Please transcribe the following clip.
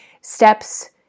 steps